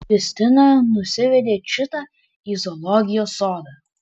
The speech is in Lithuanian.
justina nusivedė čitą į zoologijos sodą